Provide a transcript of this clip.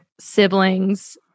siblings